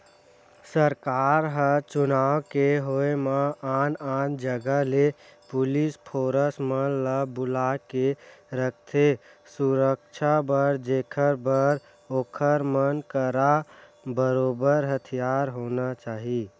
सरकार ह चुनाव के होय म आन आन जगा ले पुलिस फोरस मन ल बुलाके रखथे सुरक्छा बर जेखर बर ओखर मन करा बरोबर हथियार होना चाही